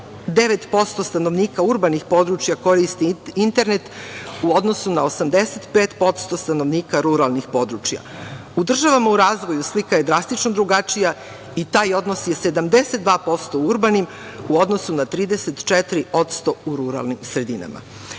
89% stanovnika urbanih područja koristi internet u odnosu na 85% stanovnika ruralnih područja. U državama u razvoju slika je drastično drugačija i taj odnos je 72% u urbanim u odnosu na 34% u ruralnim sredinama. Zato